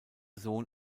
sohn